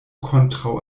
kontraŭ